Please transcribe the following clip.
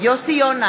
יוסי יונה,